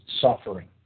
suffering